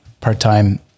part-time